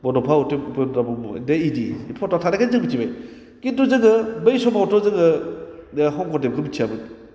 बड'फा उपेन्द्र नाथ ब्रह्म दा बिदि फट' थानायखायनो जों मिथिबाय खिनथु जोङो बै समावथ जोङो शंकरदेबखौ मिथियामोन